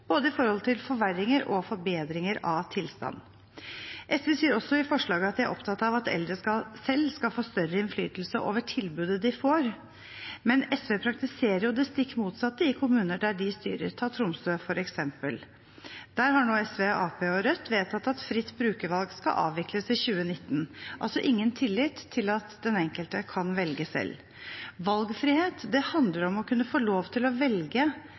både forverringer og forbedringer av tilstand. SV sier også i forslaget at de er opptatt av at eldre selv skal få større innflytelse over tilbudet de får. Men SV praktiserer jo det stikk motsatte i kommuner der de styrer. Ta Tromsø f.eks.: Der har SV, Arbeiderpartiet og Rødt vedtatt at fritt brukervalg skal avvikles i 2019. De har altså ingen tillit til at den enkelte kan velge selv. Valgfrihet handler om å kunne få lov til å velge